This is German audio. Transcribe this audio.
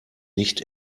nicht